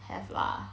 have lah